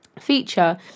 feature